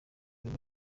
bigo